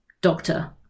doctor